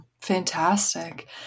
Fantastic